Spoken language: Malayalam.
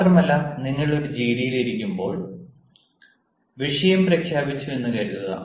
മാത്രമല്ല നിങ്ങൾ ഒരു ജിഡിയിൽ ഇരിക്കുമ്പോൾ വിഷയം പ്രഖ്യാപിച്ചു എന്ന് കരുതുക